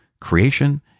creation